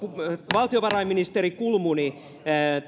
valtiovarainministeri kulmuni